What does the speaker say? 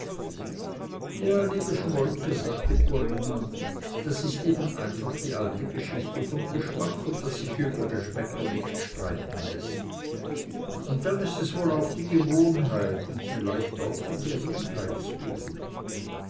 ja liebe schmolke sagte corinna das ist eben einfach die alte geschichte vom geschmack und daß sich über geschmäcker nicht streiten läßt und dann ist es auch wohl die gewohnheit und vielleicht auch von gesundheits wegen